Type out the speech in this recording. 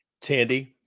Tandy